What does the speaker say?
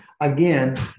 again